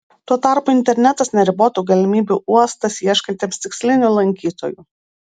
tuo tarpu internetas neribotų galimybių uostas ieškantiems tikslinių lankytojų